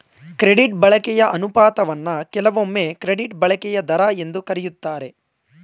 credit ಬಳಕೆಯ ಅನುಪಾತವನ್ನ ಕೆಲವೊಮ್ಮೆ ಕ್ರೆಡಿಟ್ ಬಳಕೆಯ ದರ ಎಂದು ಕರೆಯುತ್ತಾರೆ